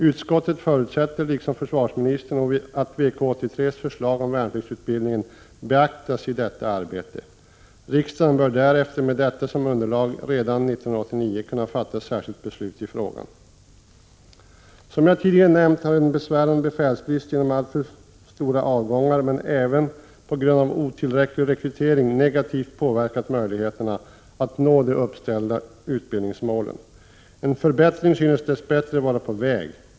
Utskottet förutsätter liksom försvarsministern att VK 83:s förslag om värnpliktsutbildningen beaktas i detta arbete. Riksdagen bör därefter med detta som underlag redan 1989 kunna fatta särskilt beslut i frågan. Som jag tidigare nämnt har en besvärande befälsbrist genom alltför stora avgångar, men även på grund av otillräcklig rekrytering negativt påverkat möjligheterna att nå de uppsatta utbildningsmålen. En förbättring synes dess bättre vara på väg.